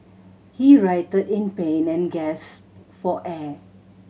he writhed in pain and for air